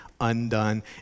undone